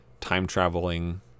time-traveling